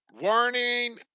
Warning